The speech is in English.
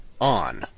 ON